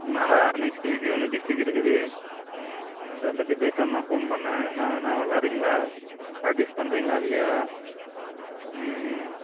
என்னாடா next week வந்து district இருக்குது அதை பற்றி பேசலாம் தான் ஃபோன் பண்ணிணேன் என்ன என்ன விளாடடுறீங்களா பிராக்டிஸ் பண்ணுறீங்களா இல்லையா ம்ம்